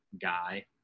guy